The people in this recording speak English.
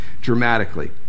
dramatically